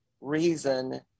reason